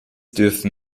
dürfen